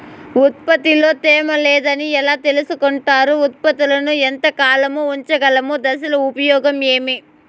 ఉత్పత్తి లో తేమ లేదని ఎలా తెలుసుకొంటారు ఉత్పత్తులను ఎంత కాలము ఉంచగలము దశలు ఉపయోగం ఏమి?